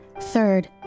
Third